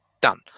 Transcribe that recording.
done